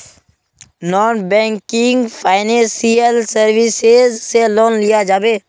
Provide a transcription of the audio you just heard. Non banking financial services से loan लिया जाबे?